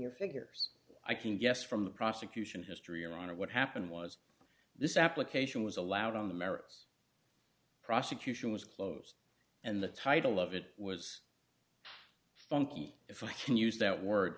your figures i can guess from the prosecution history around of what happened was this application was allowed on the merits prosecution was close and the title of it was funky if i can use that word